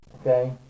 okay